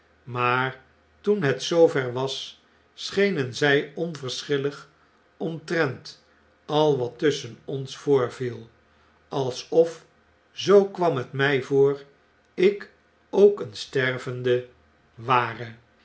maar toen het zoo ver was schenen zg onverschillig omtrent al wat tusschen ons voorviel alsof zoo kwam het mjj voor ik ook een stervende ware